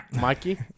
Mikey